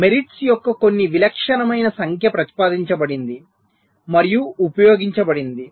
merits యొక్క కొన్ని విలక్షణమైన సంఖ్య ప్రతిపాదించబడింది మరియు ఉపయోగించబడింది